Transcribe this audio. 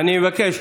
אני מבקש.